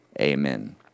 Amen